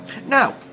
Now